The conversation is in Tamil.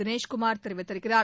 தினேஷ் குமார் தெரிவித்திருக்கிறார்